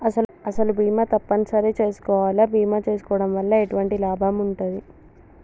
అసలు బీమా తప్పని సరి చేసుకోవాలా? బీమా చేసుకోవడం వల్ల ఎటువంటి లాభం ఉంటది?